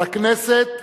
אבל הכנסת,